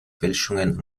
fälschungen